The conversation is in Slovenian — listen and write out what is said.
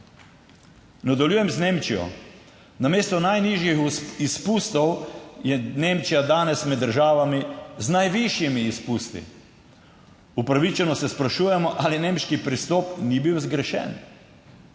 Nadaljujem z Nemčijo. Namesto najnižjih izpustov je Nemčija danes med državami z najvišjimi izpusti. Upravičeno se sprašujemo, ali nemški pristop ni bil zgrešen?